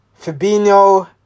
Fabinho